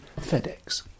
FedEx